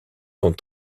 sont